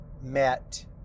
met